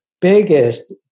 biggest